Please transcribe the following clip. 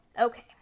Okay